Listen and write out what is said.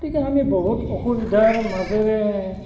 গতিকে আমি বহুত অসুবিধাৰ মাজেৰে